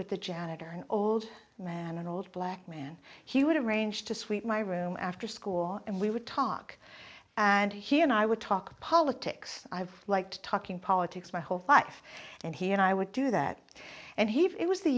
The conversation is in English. with a janitor an old man an old black man he would arrange to sweep my room after score and we would talk and he and i would talk politics i've liked talking politics my whole life and he and i would do that and he it was the